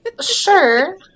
Sure